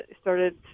started